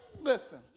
listen